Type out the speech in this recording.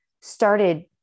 started